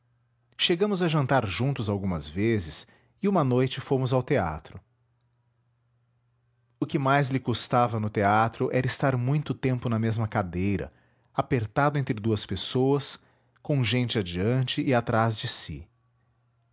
chegamos a jantar juntos algumas vezes e uma noite fomos ao teatro o que mais lhe custava no teatro era estar muito tempo na mesma cadeira apertado entre duas pessoas com gente adiante e atrás de si